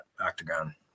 octagon